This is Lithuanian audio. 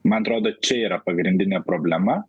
man atrodo čia yra pagrindinė problema